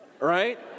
right